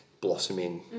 blossoming